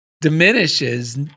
diminishes